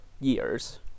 years